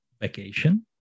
vacation